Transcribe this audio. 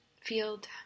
field